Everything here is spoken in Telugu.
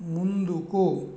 ముందుకు